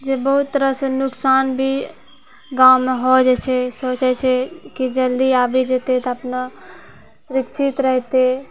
जे बहुत तरह सँ नुकसान भी गाँवमे हो जाइ छै सोचै छै की जल्दी आबि जेतै तऽ अपना सुरक्षित रहितै